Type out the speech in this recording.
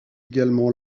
également